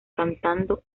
cantando